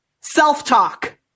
self-talk